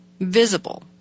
visible